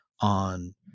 on